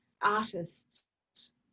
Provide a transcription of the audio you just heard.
artists